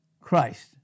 Christ